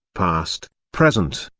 past, present,